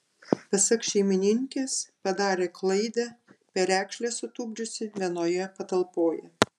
pasak šeimininkės padarė klaidą perekšles sutupdžiusi vienoje patalpoje